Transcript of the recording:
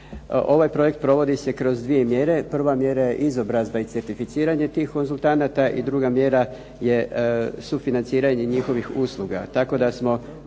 Ovaj projekt provodi se kroz dvije mjere. Prva mjera je izobrazba i certificiranje tih konzultanata i druga mjera je sufinanciranje njihovih usluga